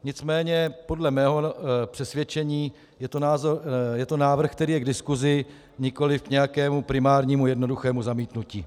Nicméně podle mého přesvědčení je to návrh, který je k diskusi, nikoliv k nějakému primárnímu jednoduchému zamítnutí.